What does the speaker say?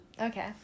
Okay